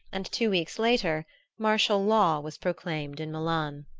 and two weeks later martial law was proclaimed in milan.